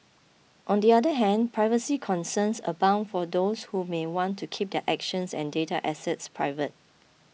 on the other hand privacy concerns abound for those who may want to keep their actions and data assets private